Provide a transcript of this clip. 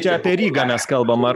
čia apie rygą mes kalbam ar